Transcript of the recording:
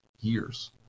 years